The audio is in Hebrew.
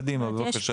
קדימה, בבקשה.